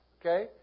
Okay